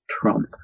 Trump